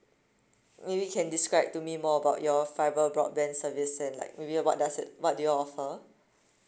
maybe you can describe to me more about your fiber broadband service and like maybe what does it what do you all offer